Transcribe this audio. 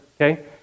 okay